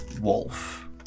wolf